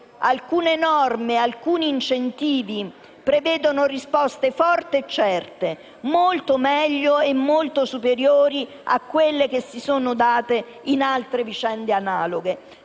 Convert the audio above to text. Alcune norme e alcuni incentivi prevedono risposte forti e certe, certamente migliori e molto superiori a quelle date in altre vicende analoghe.